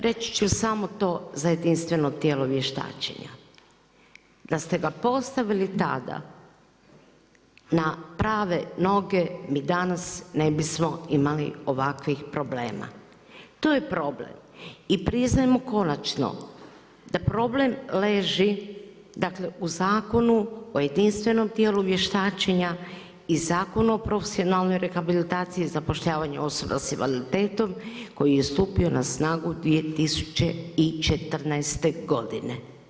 Reći ću samo to za jedinstveno tijelo vještačenja, da ste ga postavili tada na prave noge, mi danas ne bismo imali ovakvih problema, to je problem. i priznajmo konačno da problem leži u Zakonu o jedinstvenom tijelu vještačenja i Zakonu o profesionalnoj rehabilitaciji i zapošljavanje osoba s invaliditetom koji je stupio na snagu 2014. godine.